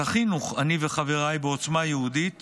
זכינו, אני וחבריי בעוצמה יהודית